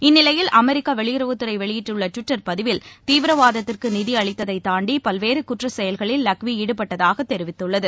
இந்நிலையில் அமெரிக்கவெளியுறவுத்துறைவெளியிட்டுள்ளடுவிட்டர் பதிவில் தீவிரவாதத்துக்குறிதிஅளித்ததைதாண்டிபல்வேறுகுற்றசெயல்களில் லக்விஈடுபட்டதாகதெரிவித்துள்ளது